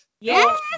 Yes